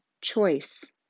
choice